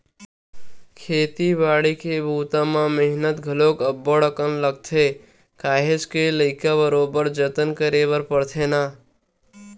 खेती बाड़ी के बूता म मेहनत घलोक अब्ब्ड़ अकन लगथे काहेच के लइका बरोबर जतन करे बर परथे ना